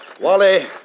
Wally